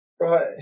Right